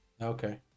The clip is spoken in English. Okay